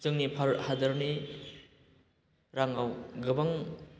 जोंनि भारत हादरनि राङाव गोबां